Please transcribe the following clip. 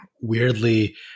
weirdly